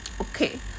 Okay